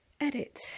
edit